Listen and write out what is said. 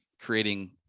creating